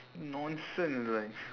nonsense lah you